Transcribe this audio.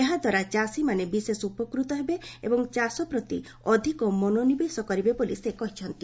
ଏହାଦ୍ୱାରା ଚାଷୀମାନେ ବିଶେଷ ଉପକୃତ ହେବେ ଏବଂ ଚାଷପ୍ରତି ଅଧିକ ମନୋନିବେଶ କରିବେ ବୋଲି ସେ କହିଛନ୍ତି